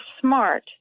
smart